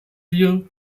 wir